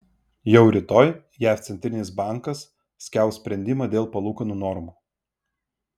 jau rytoj jav centrinis bankas skelbs sprendimą dėl palūkanų normų